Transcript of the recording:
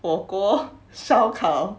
火锅烧烤